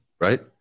right